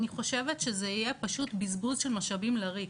אני חושבת שזה יהיה פשוט בזבוז של משאבים לריק.